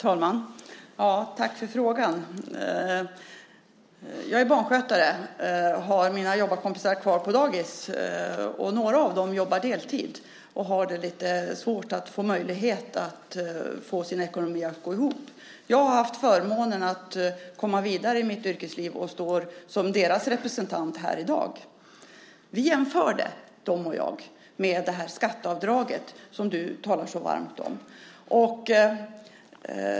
Fru talman! Tack för frågan! Jag är barnskötare och har kvar mina jobbarkompisar på dagis. Några av dem jobbar deltid och har svårt att få möjlighet att få sin ekonomi att gå ihop. Jag har haft förmånen att komma vidare i mitt yrkesliv och står här i dag som deras representant. Vi, de och jag, jämförde det här skatteavdraget, som du talar så varmt om.